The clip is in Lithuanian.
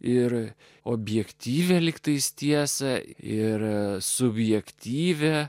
ir objektyvią lygtais tiesą ir subjektyvią